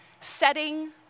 setting